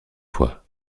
fois